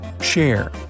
share